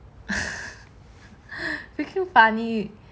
freaking funny